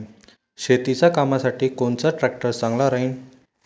शेतीच्या कामासाठी कोनचा ट्रॅक्टर चांगला राहीन?